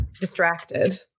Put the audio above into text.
distracted